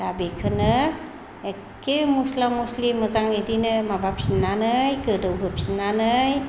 दा बेखोनो एखे मस्ला मस्लि मोजां इदिनो माबाफिननानै गोदौ होफिननानै